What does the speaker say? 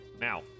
Now